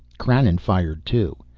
krannon fired, too.